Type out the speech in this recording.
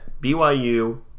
byu